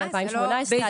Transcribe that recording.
מ-2018.